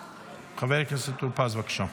חבר הכנסת טור פז, בבקשה.